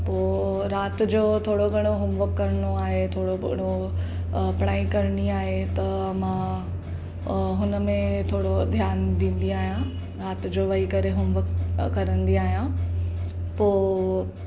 पोइ राति जो थोरो घणो होमवर्क करिणो आहे थोरो घणो पढ़ाई करिणी आहे त मां हुन में थोरो ध्यानु ॾींदी आहियां राति जो वेही करे होमवर्क करंदी आहियां पोइ